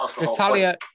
Natalia